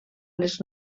les